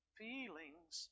feelings